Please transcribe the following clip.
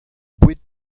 boued